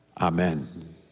Amen